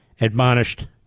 admonished